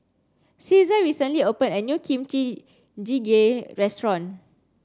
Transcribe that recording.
Caesar recently opened a new Kimchi Jjigae restaurant